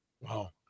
wow